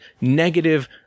negative